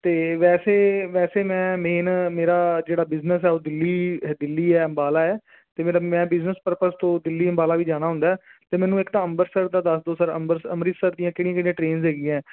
ਅਤੇ ਵੈਸੇ ਵੈਸੇ ਮੈਂ ਮੇਨ ਮੇਰਾ ਜਿਹੜਾ ਬਿਜ਼ਨਸ ਆ ਉਹ ਦਿੱਲੀ ਦਿੱਲੀ ਹੈ ਅੰਬਾਲਾ ਹੈ ਅਤੇ ਮੇਰਾ ਮੈਂ ਬਿਜਨਸ ਪਰਪਸ ਤੋਂ ਦਿੱਲੀ ਅੰਬਾਲਾ ਵੀ ਜਾਣਾ ਹੁੰਦਾ ਹੈ ਅਤੇ ਮੈਨੂੰ ਇੱਕ ਤਾਂ ਅੰਬਰਸਰ ਦਾ ਦੱਸ ਦਿਓ ਸਰ ਅੰਬਰਸਰ ਅੰਮ੍ਰਿਤਸਰ ਦੀਆਂ ਕਿਹੜੀਆਂ ਕਿਹੜੀਆਂ ਟ੍ਰੇਨਜ਼ ਹੈਗੀਆਂ